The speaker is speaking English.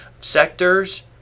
sectors